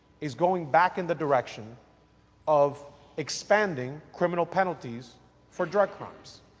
is going back in the direction of expanding criminal penalties for drug crimes.